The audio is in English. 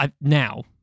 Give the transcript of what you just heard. now